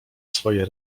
swoje